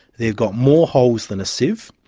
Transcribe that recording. they've got more holes than a sieve,